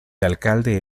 alcalde